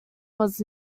was